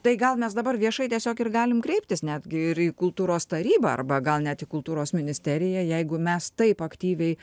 tai gal mes dabar viešai tiesiog ir galim kreiptis netgi ir į kultūros tarybą arba gal net į kultūros ministeriją jeigu mes taip aktyviai